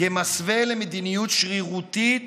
כמסווה למדיניות שרירותית